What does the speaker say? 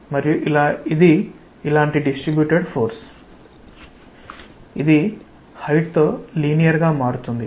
మరియు ఇది ఇలాంటి డిస్ట్రీబ్యుటెడ్ ఫోర్స్ ఇది హైట్ తో లీనియర్ గా మారుతుంది